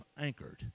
anchored